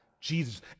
Jesus